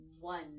one